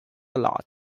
lot